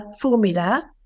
formula